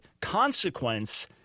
consequence